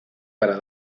para